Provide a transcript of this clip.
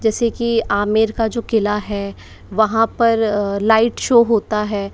जैसे कि आमेर का जो किला है वहाँ पर लाइट शो होता है